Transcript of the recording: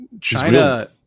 China